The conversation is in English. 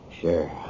Sure